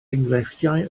enghreifftiau